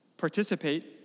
participate